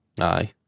Aye